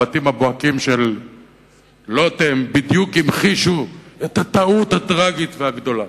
הבתים הבוהקים של לוטם בדיוק המחישו את הטעות הטרגית והגדולה.